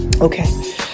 Okay